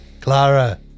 Clara